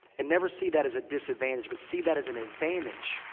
and never see that as a disadvantage. but see that as an advantage.